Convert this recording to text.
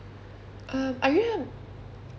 uh are you uh